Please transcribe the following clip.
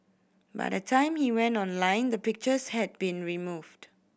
by the time he went online the pictures had been removed